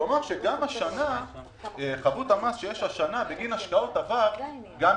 כלומר שגם חבות המס שיש השנה בגין השקעות עבר תיספר.